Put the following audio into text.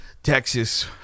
Texas